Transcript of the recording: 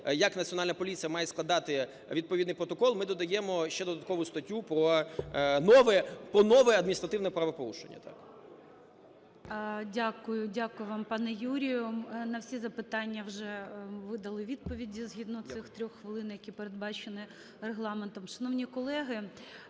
як Національна поліція має складати відповідний протокол, ми додаємо ще додаткову статтю про нове адміністративне правопорушення. ГОЛОВУЮЧИЙ. Дякую вам, пане Юрію. На всі запитання вже ви дали відповіді, згідно цих 3 хвилин, які передбачені Регламентом. Шановні колеги,